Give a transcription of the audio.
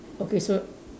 okay so